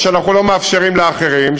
מה שאנחנו לא מאפשרים לאחרים,